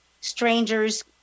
strangers